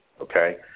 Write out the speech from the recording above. okay